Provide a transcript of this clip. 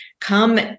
come